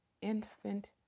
infant